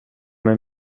med